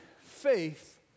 faith